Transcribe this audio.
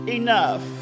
enough